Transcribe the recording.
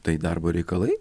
tai darbo reikalai